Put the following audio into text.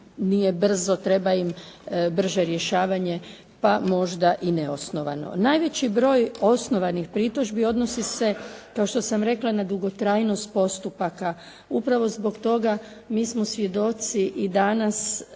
nije brzo, treba im brzo rješavanje pa možda i neosnovano. Najveći broj osnovanih pritužbi odnosi se kao što sam rekla na dugotrajnost postupaka. Upravo zbog toga mi smo svjedoci i danas